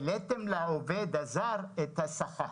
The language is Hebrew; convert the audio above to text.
העליתם לעובד זר את השכר